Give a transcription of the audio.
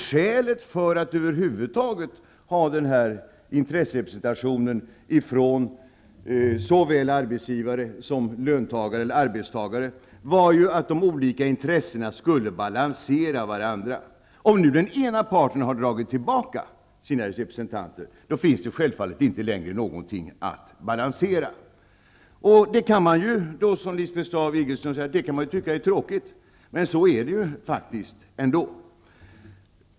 Skälet till att över huvud taget ha en intresserepresentation från såväl arbetsgivare som arbetstagare var att de olika intressena skulle balansera varandra. Om den ena parten nu har dragit tillbaka sina representanter finns det självfallet inte längre något att balansera. Det kan man, som Lisbeth Staaf Igelström säger, tycka är tråkigt. Men så är det faktiskt.